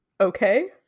okay